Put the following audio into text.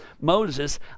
Moses